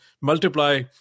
multiply